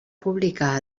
publicar